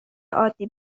عادی